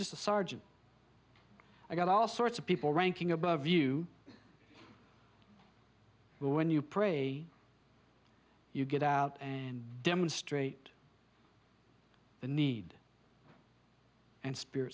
just a sergeant i got all sorts of people ranking above you when you pray you get out and demonstrate the need and spirit